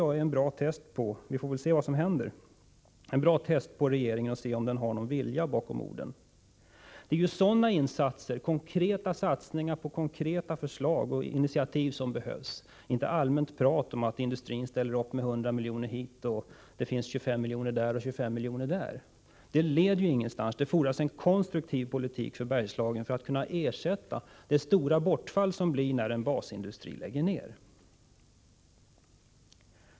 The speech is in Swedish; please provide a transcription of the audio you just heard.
Jag tycker att det är en bra test på om regeringen har någon vilja bakom orden. Det är sådana insatser, konkreta satsningar på konkreta förslag och initiativ som behövs — inte allmänt prat om att industrin ställer upp med 100 miljoner hit och att det finns 125 miljoner här och 125 miljoner där. Det leder ingenstans. Det fordras en konstruktiv politik för Bergslagen för att kunna ersätta det stora bortfall som följer med att en basindustri läggs ned.